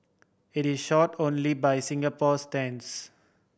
it is short only by Singapore standards